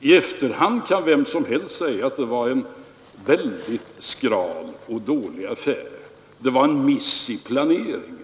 I efterhand kan vem som helst säga att det var en väldigt skral affär, en miss i planeringen.